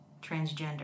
transgender